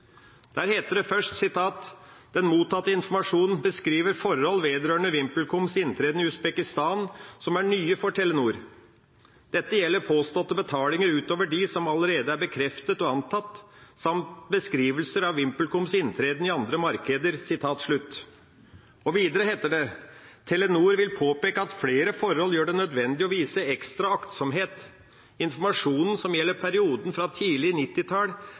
Der heter det først: «Den mottatte informasjonen beskriver forhold vedrørende VimpelComs inntreden i Usbekistan som er nye for Telenor. Dette gjelder påståtte betalinger utover de som allerede er bekreftet og antatt, samt beskrivelser av VimpelComs inntreden i andre markeder.» Videre heter det: «Telenor vil påpeke at flere forhold gjør det nødvendig å vise ekstra aktsomhet. Informasjonen som gjelder perioden fra tidlig